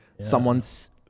someone's